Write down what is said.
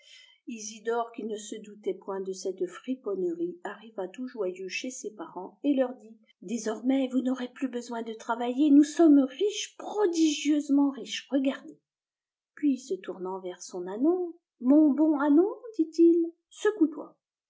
isidore qui ne se doutait point de cette friponnerie arriva tout joyeux chez ses parents et leur dit t désormais vous n'aurez plus besoin de travailler nous sommes riches prodigieusement riches regardez puis se tournant vers son ânon mon bon ânon dit-il secoue toi